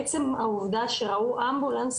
עצם העובדה שראו אמבולנס,